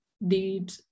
need